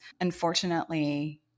unfortunately